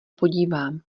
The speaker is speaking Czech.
podívám